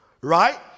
Right